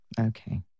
Okay